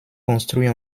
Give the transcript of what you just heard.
construit